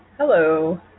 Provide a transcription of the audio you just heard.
Hello